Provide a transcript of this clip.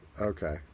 Okay